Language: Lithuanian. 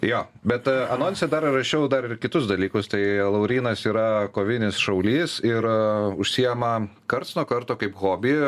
jo bet anonse dar rašiau dar ir kitus dalykus tai laurynas yra kovinis šaulys ir užsiima karts nuo karto kaip hobį